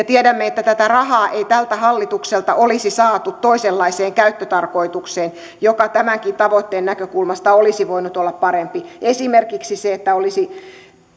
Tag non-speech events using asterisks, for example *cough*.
*unintelligible* tiedämme että tätä rahaa ei tältä hallitukselta olisi saatu toisenlaiseen käyttötarkoitukseen mikä tämänkin tavoitteen näkökulmasta olisi voinut olla parempi esimerkiksi se että olisi